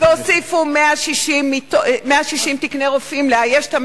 והוסיפו 160 תקני רופאים לאייש את,